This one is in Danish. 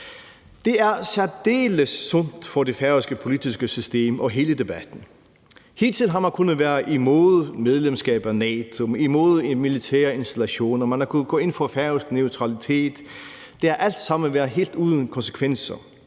Det er særdeles sundt for det færøske politiske system og hele debatten. Hidtil har man kunnet være imod medlemskab af NATO, imod en militær installation, og man har kunnet gå ind for færøsk neutralitet; det har alt sammen været helt uden konsekvenser.